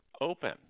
open